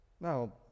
Now